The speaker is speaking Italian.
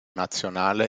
nazionale